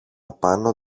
απάνω